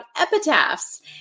epitaphs